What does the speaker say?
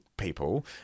people